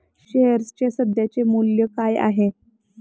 शेअर्सचे सध्याचे मूल्य काय आहे?